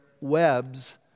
webs